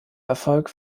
erfolg